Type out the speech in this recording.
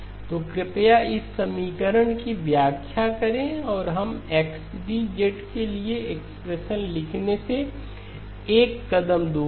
तो कृपया इस समीकरण की व्याख्या करें और हम XD के लिए एक्सप्रेशन लिखने से एक कदम दूर हैं